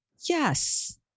Yes